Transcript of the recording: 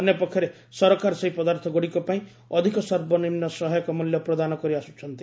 ଅନ୍ୟପକ୍ଷରେ ସରକାର ସେହି ପଦାର୍ଥଗୁଡ଼ିକ ପାଇଁ ଅଧିକ ସର୍ବନିମ୍ନ ସହାୟକ ମୂଲ୍ୟ ପ୍ରଦାନ କରି ଆସୁଛନ୍ତି